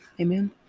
Amen